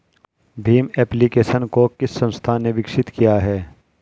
Bhim application को किस संस्था ने विकसित किया है?